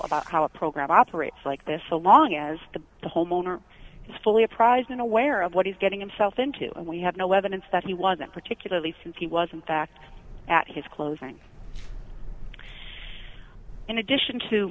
about how a program operates like this so long as the the homeowner is fully apprised and aware of what he's getting himself into and we have no evidence that he wasn't particularly since he was in fact at his closing in addition to